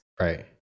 Right